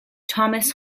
thomas